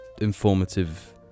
informative